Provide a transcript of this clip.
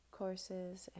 courses